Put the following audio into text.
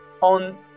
on